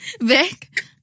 Vic